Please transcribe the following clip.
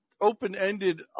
open-ended